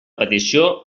petició